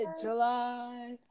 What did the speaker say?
July